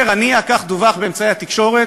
אומר הנייה, כך דווח באמצעי התקשורת,